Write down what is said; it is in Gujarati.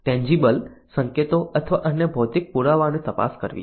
ટેન્જીબલ સંકેતો અથવા અન્ય ભૌતિક પુરાવાઓની તપાસ કરવી